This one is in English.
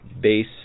base